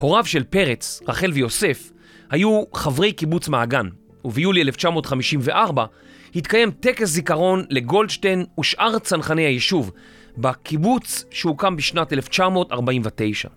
הוריו של פרץ, רחל ויוסף, היו חברי קיבוץ מעגן וביולי 1954 התקיים טקס זיכרון לגולדשטיין ושאר צנחני היישוב בקיבוץ שהוקם בשנת 1949